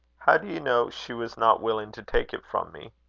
how do you know she was not willing to take it from me?